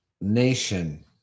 nation